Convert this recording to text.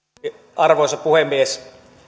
arvoisa puhemies